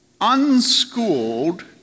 unschooled